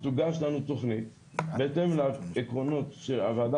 שתוגש לנו תוכנית בהתאם לעקרונות שהוועדה